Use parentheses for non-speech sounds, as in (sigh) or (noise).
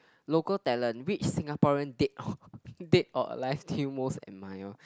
local talent which Singaporean dead (laughs) dead or alive do you most admire